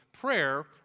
prayer